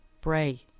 Bray